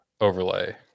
overlay